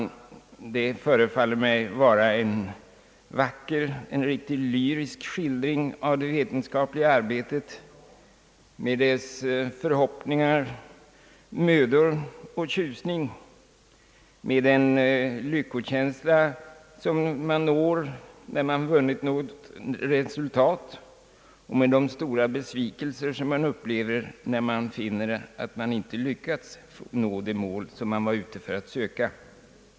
Det förefaller mig vara en mycket vacker och riktigt lyrisk skildring av det vetenskapliga arbetet med dess förhoppningar, mödor och tjusning, med den lyckokänsla, som man når när man har vunnit något resultat, och med de stora besvikelser som man upplever när man finner att man inte har lyckats nå det mål som man var ute för att söka.